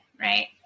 right